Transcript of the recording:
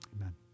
Amen